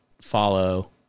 follow